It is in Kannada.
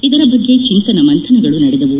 ಇದರ ಬಗ್ಗೆ ಚಿಂತನ ಮಂಥನಗಳು ನಡೆದವು